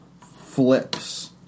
flips